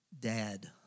Dad